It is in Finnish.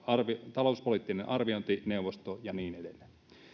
talouspoliittinen arviointineuvosto ja niin edelleen